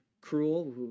cruel